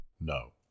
No